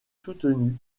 soutenu